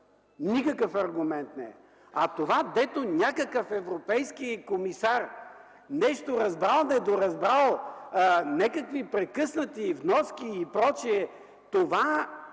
Никакъв аргумент не е. А това, дето някакъв европейски комисар нещо разбрал недоразбрал, някакви прекъснати вноски и прочие, това